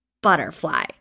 butterfly